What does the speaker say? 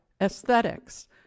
aesthetics